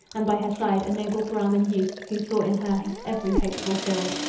and by her side a noble brahman youth, who saw in her his every hope fulfilled.